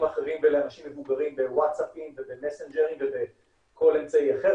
אחרים ולאנשים מבוגרים בוואטסאפים ובמסנג'ר ובכל אמצעי אחר,